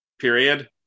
period